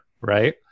right